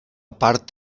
part